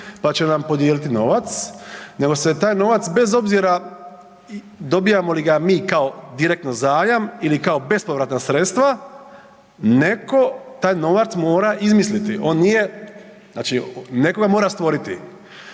pa će nam podijeliti novac, nego se taj novac bez obzira dobijamo li ga mi kao direktno zajam ili kao bespovratna sredstva netko taj novac mora izmisliti, on nije, znači netko ga mora stvoriti.